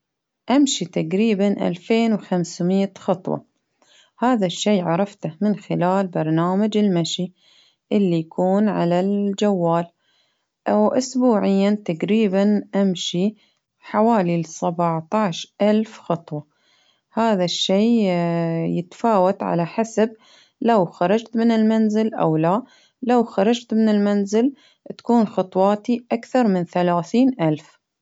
أمشي تقريبا ألفين وخمسمائة خطوة، هذا الشي عرفته من خلال برنامج المشي اللي يكون على الجوال، أو أسبوعيا تقريبا أمشي حوالي سبعة عشر ألف خطوة، هذا الشي يتفاوت على حسب لو خرجت من المنزل أو لا، لو خرجت من المنزل تكون خطواتي أكثر من ثلاثين ألف.